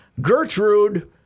Gertrude